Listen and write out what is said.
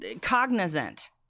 cognizant